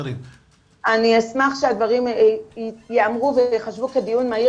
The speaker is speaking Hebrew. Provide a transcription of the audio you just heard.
אשמח שהדברים ייאמרו וייחשבו כדיון מהיר